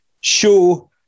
show